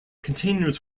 containers